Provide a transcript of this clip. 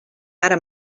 ara